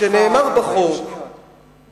כשנאמר בחוק